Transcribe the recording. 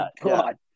God